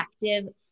effective